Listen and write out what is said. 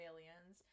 Aliens